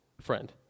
friend